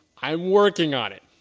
i'm working on it.